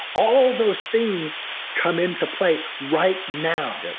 all those things come into play right now.